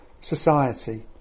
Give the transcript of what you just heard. society